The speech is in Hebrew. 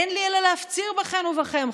אין לי אלא להפציר בכם ובכן,